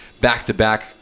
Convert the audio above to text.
back-to-back